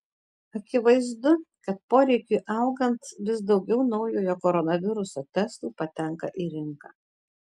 akivaizdu kad poreikiui augant vis daugiau naujojo koronaviruso testų patenka į rinką